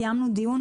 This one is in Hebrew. קיימנו דיון אז.